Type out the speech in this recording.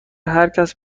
هرکس